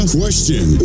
question